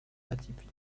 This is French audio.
atypique